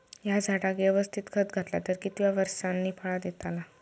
हया झाडाक यवस्तित खत घातला तर कितक्या वरसांनी फळा दीताला?